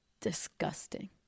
Disgusting